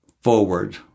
forward